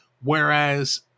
Whereas